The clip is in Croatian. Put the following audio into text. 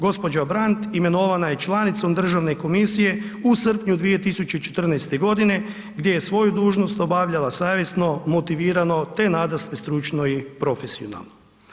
Gđa. Brand imenovana je članicom Državne komisije u srpnju 2014. g. gdje je svoju dužnost obavljala savjesno, motiviranost te nadasve stručno i profesionalno.